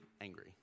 angry